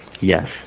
Yes